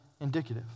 indicative